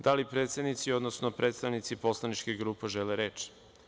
Da li predsednici, odnosno predstavnici poslaničkih grupa žele reč?